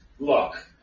Look